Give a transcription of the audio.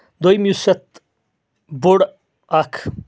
دویِم یُس یَتھ بوٚڑ اکھ